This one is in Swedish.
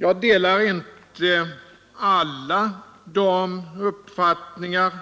Jag delar inte alla dessa uppfattningar,